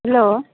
hello